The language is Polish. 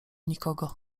nikogo